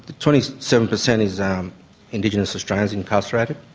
twenty seven percent is um indigenous australians incarcerated.